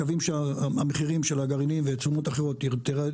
כאשר מקווים שהמחירים של הגרעינים ושל התשומות האחרות ירדו.